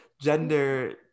gender